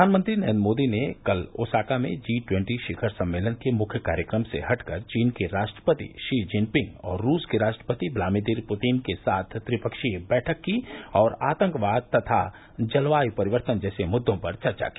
प्रधानमंत्री नरेन्द्र मोदी ने कल ओसाका में जी ट्वन्टी शिखर सम्मेलन के मुख्य कार्यक्रम से हटकर चीन के राष्ट्रपति थी जिनपिंग और रूस के राष्ट्रपति ब्लादिमीर पुतिन के साथ त्रिपक्षीय बैठक की और आतंकवाद तथा जलवायु परिवर्तन जैसे मुद्दों पर चर्चा की